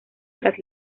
tras